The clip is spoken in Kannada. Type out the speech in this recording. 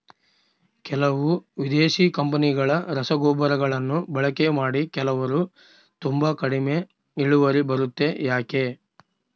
ಕೆಲವು ವಿದೇಶಿ ಕಂಪನಿಗಳ ರಸಗೊಬ್ಬರಗಳನ್ನು ಬಳಕೆ ಮಾಡಿ ಕೆಲವರು ತುಂಬಾ ಕಡಿಮೆ ಇಳುವರಿ ಬರುತ್ತೆ ಯಾಕೆ?